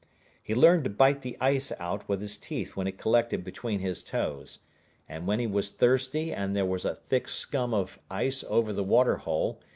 he learned to bite the ice out with his teeth when it collected between his toes and when he was thirsty and there was a thick scum of ice over the water hole,